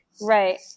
Right